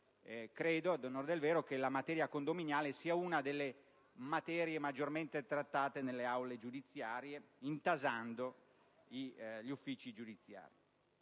credo che la materia condominiale sia una delle materie maggiormente trattate nelle aule giudiziarie, intasando gli uffici giudiziari.